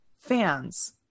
fans